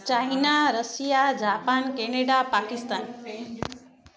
China Russia Japan Canada Pakistan